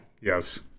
Yes